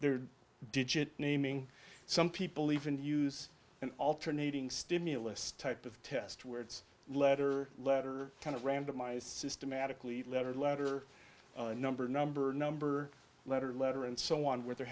are digit naming some people even use an alternating stimulus type of test words letter letter kind of randomized systematically letter letter number number number letter letter and so on where they're